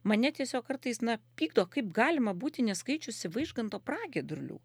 mane tiesiog kartais na pykdo kaip galima būti neskaičiusi vaižganto pragiedrulių